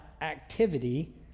activity